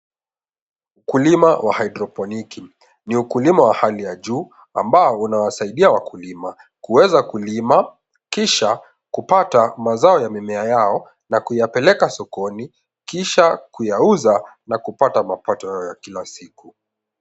Ukulima wa haidroponiki ni ukulima wa hali ya juu ambao unawasaidia wakulima kuweza kulima kisha kupata mazao ya mimea yao na kuyapeleka sokoni kisha kuyauza na kupata mapato yao ya kila siku.